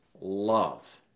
love